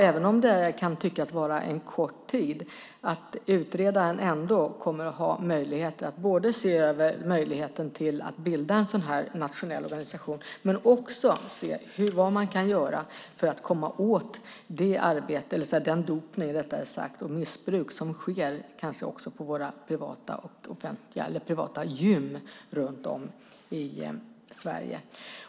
Även om tiden kan tyckas kort tror jag att utredaren kommer att ha möjlighet att både se över möjligheten att bilda en sådan här nationell organisation och se vad man kan göra för att komma åt den dopning och det missbruk som sker kanske också på våra privata gym runt om i Sverige.